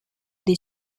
dei